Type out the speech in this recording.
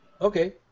Okay